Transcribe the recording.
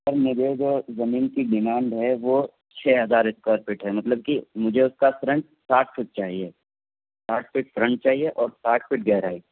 سر مجھے جو زمین کی ڈیمانڈ ہے وہ چھ ہزار اسکوائر فٹ ہے مطلب کہ مجھے اس کا فرنٹ ساٹھ فٹ چاہیے ساٹھ فٹ فرنٹ چاہیے اور ساٹھ فٹ گہرائی